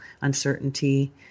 uncertainty